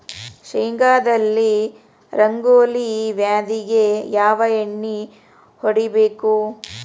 ಶೇಂಗಾದಲ್ಲಿ ರಂಗೋಲಿ ವ್ಯಾಧಿಗೆ ಯಾವ ಎಣ್ಣಿ ಹೊಡಿಬೇಕು?